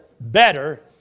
better